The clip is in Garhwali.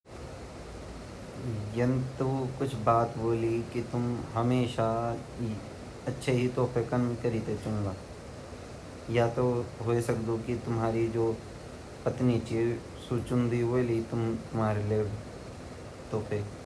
मैं मतलब की हमेशा अच्छा-अच्छा तोफा भेजूं अच्छा तोफा मतलब जन अच्छा खेत अछि मेरी फसल वे अच्छा मेरा दोस्त वोला अच्छा मेरा सेहर वाला वोला अर जो भी मेरा माँ बाप छिन ता उ अच्छा छिन उंगी मेते अछि शिक्षा दिनी अर मेते अछि जगह पर रख्यू ता मिन वखि बाटिन सीखी मेरा अंदर या भवना एगी की मैं भी हमेशा अच्छू -अच्छू कनु अर अपरा अगल-बगल भी मे अछि बातें फैलेंदु।